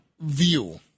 view